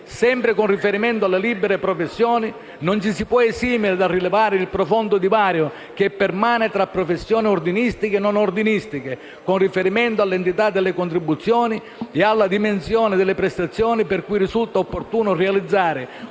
sempre con riferimento alle libere professioni, non ci si può esimere dal rilevare il profondo divario che permane tra professioni ordinistiche e non ordinistiche con riferimento all'entità delle contribuzioni e alla dimensione delle prestazioni. Risulta pertanto opportuno realizzare